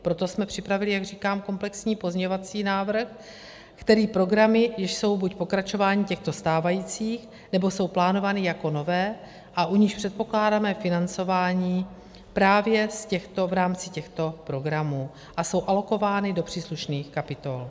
Proto jsme připravili, jak říkám, komplexní pozměňovací návrh, který programy, jež jsou buď pokračováním těchto stávajících, nebo jsou plánovány jako nové a u nichž předpokládáme financování právě v rámci těchto programů a jsou alokovány do příslušných kapitol.